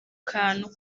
kantu